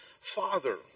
Father